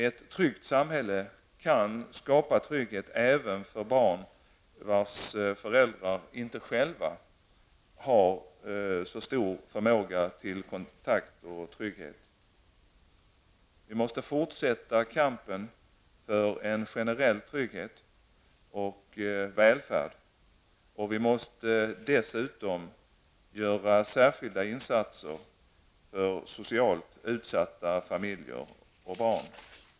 Ett tryggt samhälle kan skapa trygghet även för barn vars föräldrar inte själva har så stor förmåga till kontakt och trygghet. Vi måste fortsätta kampen för en generell trygghet och välfärd och vi måste dessutom göra särskilda insatser för socialt utsatta familjer och barn.